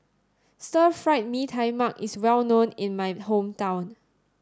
stir fried Mee Tai Mak is well known in my hometown